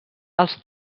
els